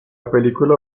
película